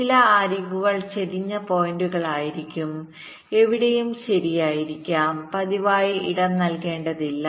ചില അരികുകൾ ചരിഞ്ഞ പോയിന്റുകളായിരിക്കും എവിടെയും ശരിയായിരിക്കാം പതിവായി ഇടം നൽകേണ്ടതില്ല